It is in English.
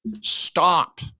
Stop